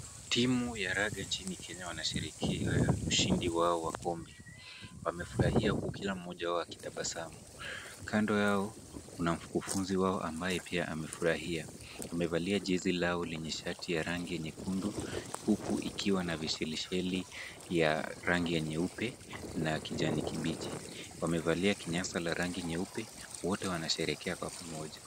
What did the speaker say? Timu ya raga nchini Kenya wanasherehekea ushindi wao wa kombe. Wamefurahia huku kila mmoja wao akitabasamu. Kando yao kuna mkufunzi wao ambaye pia amefurahia. Wamevalia jezi lao lenye shati ya rangi ya nyekundu huku ikiwa na vishelisheli ya rangi ya nyeupe na kijani kibichi. Wamevalia kinyasa la rangi nyeupe. Wote washerehekea kwa pamoja.